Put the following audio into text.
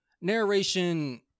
narration